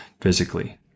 physically